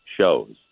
shows